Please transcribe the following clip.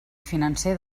financer